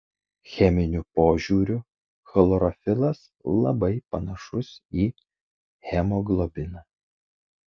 cheminiu požiūriu chlorofilas labai panašus į hemoglobiną